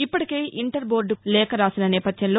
ఇప్పటికే ఇంటర్ బోర్డుకు లేఖ రాసిన నేపథ్యంలో